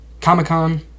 comic-con